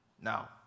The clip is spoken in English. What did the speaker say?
Now